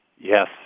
Yes